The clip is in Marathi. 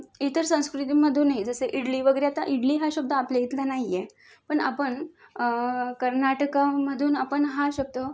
इतर संस्कृतीमधूनही जसं इडली वगैरे आता इडली हा शब्द आपल्या इथलं नाही आहे पण आपण कर्नाटकामधून आपण हा शब्द